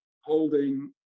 holding